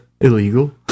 Illegal